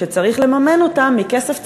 שצריך לממן אותם מכסף ציבורי,